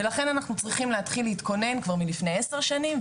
ולכן אנחנו כבר צריכים להתחיל להתכונן כבר מלפני עשר שנים,